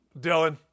Dylan